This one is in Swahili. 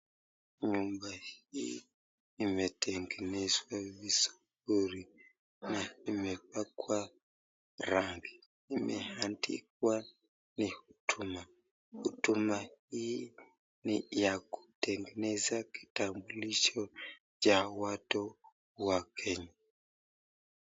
Nyumba hii imetengenezwa vizuri na imepakwa rangi, imeandikwa ni huduma, huduma hii ni ya kutengeneza kitambulisho cha watu wa kenya.